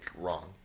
wrong